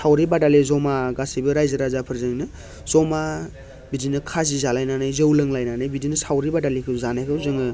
सावरि बादालि जमा गासिबो रायजो राजाफोरजों जमा बिदिनो खाजि जालायनानै जौ लोंलायनानै बिदिनो सावरि बादालिखौ जानायखौ जोङो